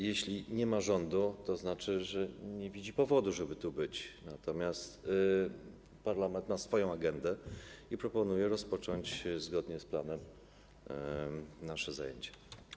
Jeśli nie ma rządu, to znaczy, że nie widzi powodu, żeby tu być, natomiast parlament ma swoją agendę, więc proponuję, żeby rozpocząć zgodnie z planem nasze zajęcia.